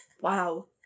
Wow